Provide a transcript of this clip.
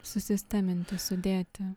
susisteminti sudėti